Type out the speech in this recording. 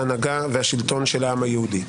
ההנהגה והשלטון של העם היהודי.